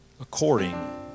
according